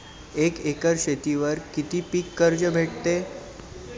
एक एकर शेतीवर किती पीक कर्ज भेटते?